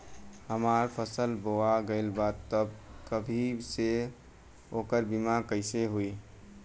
हमार फसल बोवा गएल बा तब अभी से ओकर बीमा कइसे होई?